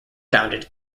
founded